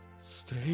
Stay